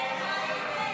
הסתייגות 72 לא נתקבלה.